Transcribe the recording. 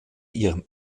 ihrem